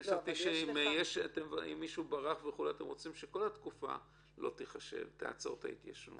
אם מישהו ברח אתם רוצים שכל התקופה לא תיחשב ותעצור את ההתיישנות.